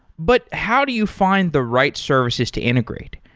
but how do you find the right services to integrate?